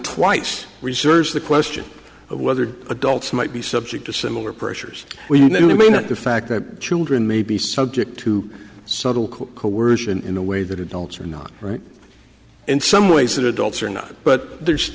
twice research the question of whether adults might be subject to similar pressures we may not the fact that children may be subject to subtle coercion in the way that adults are not right in some ways that adults are not but there's